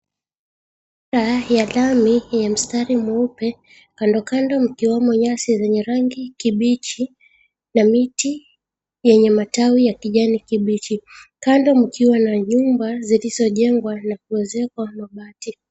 Barabara ya lami yenye mstari nyeupe kando ikiwemo nyasi zenye rangi kibichi na miti yenye matawi ya kijani kibichi, kando mkiwa na nyumba zilizojengwa na kuwezekwa mabati.